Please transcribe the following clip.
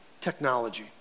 technology